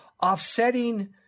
offsetting